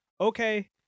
okay